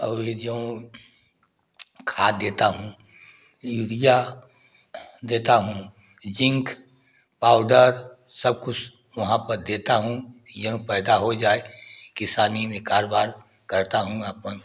और ये जौ खाद देता हूँ यूरिया देता हूँ जिंक पाउडर सब कुछ वहाँ पर देता हूँ गेहूँ पैदा हो जाए किसानी में कारोबार करता हूँ अपन